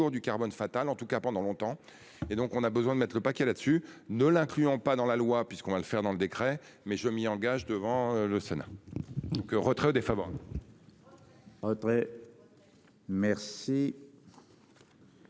du carbone fatale en tout cas pendant longtemps et donc on a besoin de mettre paquet là-dessus ne l'incluant pas dans la loi puisqu'on va le faire dans le décret. Mais je m'y engage devant le Sénat. Que retrait des favoris. Audrey. Merci.